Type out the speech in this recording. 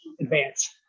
advance